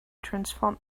transform